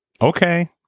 Okay